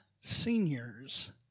seniors